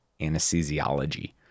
Anesthesiology